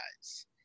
guys